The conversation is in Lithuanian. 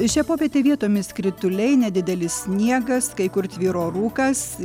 šią popietę vietomis krituliai nedidelis sniegas kai kur tvyro rūkas